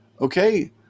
Okay